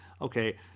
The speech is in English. Okay